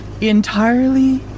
entirely